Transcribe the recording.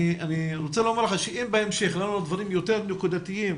אם בהמשך נעלה דברים יותר נקודתיים,